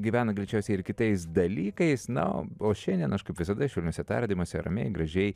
gyvena greičiausiai ir kitais dalykais na o šiandien aš kaip visada švelniuose tardymuose ramiai gražiai